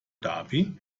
dhabi